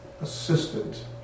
assistant